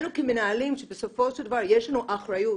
לנו כמנהלים בסופו של דבר ישנה אחריות.